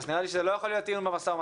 נראה לי שזה לא יכול להיות טיעון במשא-ומתן.